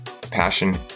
passion